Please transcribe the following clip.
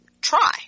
try